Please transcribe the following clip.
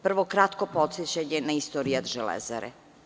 Prvo kratko podsećanje na istorijat Železare.